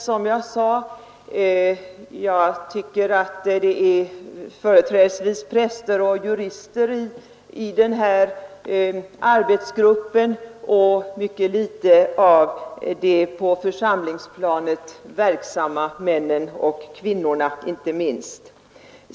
Som jag nyss sade är det företrädesvis präster och jurister i denna arbetsgrupp och mycket litet av de på församlingsplanet verksamma männen och — inte minst — kvinnorna.